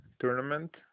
tournament